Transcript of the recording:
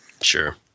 Sure